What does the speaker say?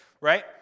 Right